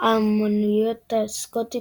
האמנויות הסקוטית,